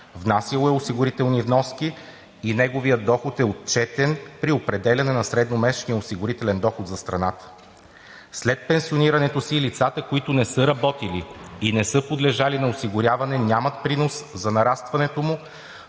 внасяло е осигурителни вноски и неговият доход е отчетен при определяне на средномесечния осигурителен доход за страната. След пенсионирането си лицата, които не са работили и не са подлежали на осигуряване, нямат принос за нарастването му,